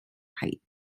height